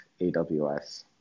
AWS